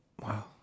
wow